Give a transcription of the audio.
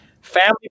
Family